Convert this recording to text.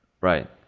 right